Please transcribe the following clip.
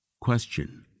Question